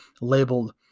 labeled